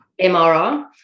MRR